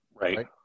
Right